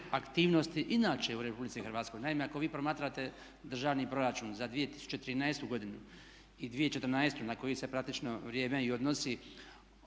aktivnosti inače u Republici Hrvatskoj. Naime, ako vi promatrate državni proračun za 2013. godinu i 2014. na koje se praktično vrijeme i odnosi